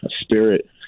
spirit